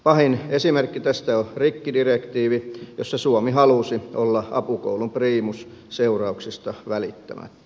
pahin esimerkki tästä on rikkidirektiivi jossa suomi halusi olla apukoulun priimus seurauksista välittämättä